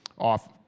off